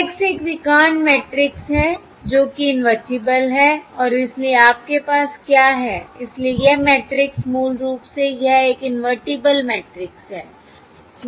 X एक विकर्ण matrix है जो कि इनवर्टिबल है और इसलिए आपके पास क्या है इसलिए यह मैट्रिक्स मूल रूप से यह एक इनवर्टिबल मैट्रिक्स है